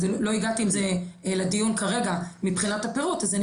לא הגעתי עם זה לדיון כרגע מבחינת הפירוט אז אני